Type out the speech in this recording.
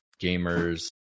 Gamers